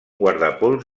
guardapols